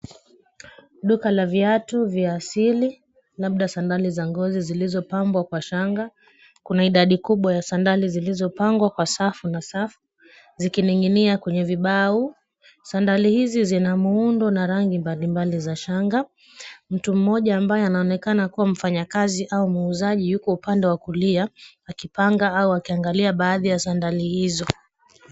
Duka la viatu ya asili labda sandali za ngozi zilizopambwa kwa shanga. Kuna idadi kubwa ya sandali zilizopangwa kwa safu zikining'inia kwenye vibao. Sandali hizi zina muundo na rangi mbalimbali za shanga. Mtu mmoja ambaye anaonekana kuwa mfanyikazi au muuzaji yuko upande wa kulia akipanga au akiangalia baadhi ya sandali hizo.